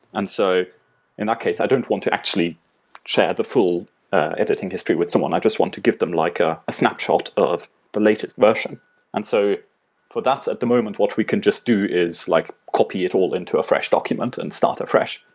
and so in that case, i don't want to actually share the full editing history with someone. i just want to give them like ah a snapshot of the latest version and so for that at the moment, what we can just do is like copy it all into a fresh document and start afresh.